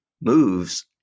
moves